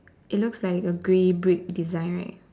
it looks like the grey brick design right